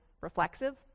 reflexive